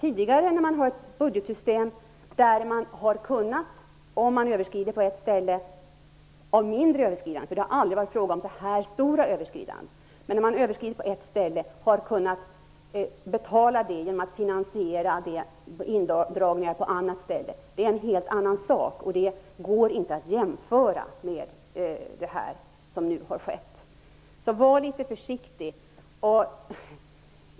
I det tidigare budgetsystemet har man om man överskridit på ett ställe -- men det har aldrig varit fråga om så här stora överskridanden -- kunnat finansiera det genom indragningar på andra ställen. Det är en helt annan sak, och det går inte att jämföra med det som nu har skett. Var alltså litet försiktig!